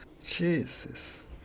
Jesus